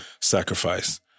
sacrifice